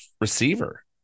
receiver